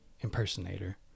impersonator